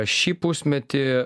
šį pusmetį